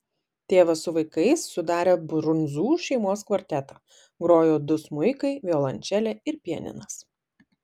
tėvas su vaikais sudarė brundzų šeimos kvartetą grojo du smuikai violončelė ir pianinas